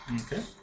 Okay